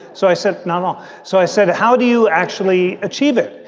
so i said no so i said, how do you actually achieve it?